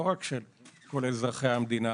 לא רק של כל אזרחי המדינה